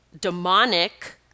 demonic